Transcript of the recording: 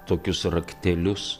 tokius raktelius